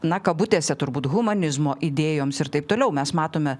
na kabutėse turbūt humanizmo idėjoms ir taip toliau mes matome